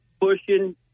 pushing